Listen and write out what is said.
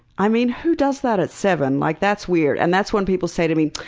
i mean who does that at seven? like that's weird. and that's when people say to me,